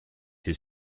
his